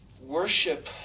worship